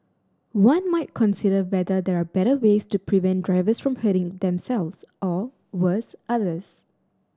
one might consider whether there are better ways to prevent drivers from hurting themselves or worse others